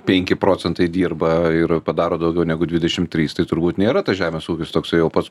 penki procentai dirba ir padaro daugiau negu dvidešim trys tai turbūt nėra tas žemės ūkis toksai jau pats